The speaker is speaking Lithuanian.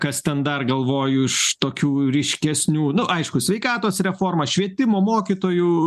kas ten dar galvoju iš tokių ryškesnių nu aišku sveikatos reforma švietimo mokytojų